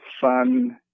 fun